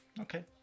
Okay